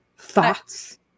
thoughts